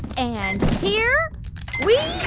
and here we